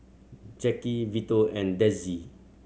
Jacki Vito and Dezzie